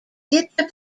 theatre